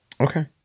Okay